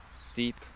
steep